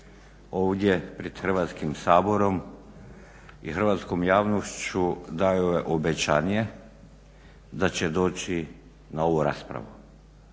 ovdje pred Hrvatskim saborom i hrvatskom javnošću dao je obećanje da će doći na ovu raspravu